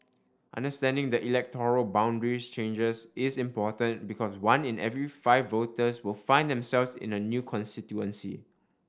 understanding the electoral boundaries changes is important because one in every five voters will find themselves in a new constituency